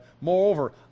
moreover